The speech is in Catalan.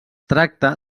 tracta